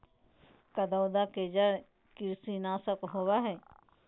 करौंदा के जड़ कृमिनाशक होबा हइ